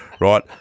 right